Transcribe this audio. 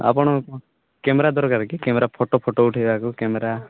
ଆପଣ କ୍ୟାମେରା ଦରକାର କି କ୍ୟାମେରା ଫଟୋ ଫଟୋ ଉଠାଇବାକୁ କ୍ୟାମେରା